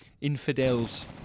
infidels